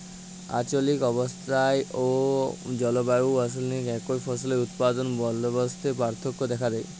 আলচলিক অবস্থাল অ জলবায়ু অলুসারে একই ফসলের উৎপাদল বলদবস্তে পার্থক্য দ্যাখা যায়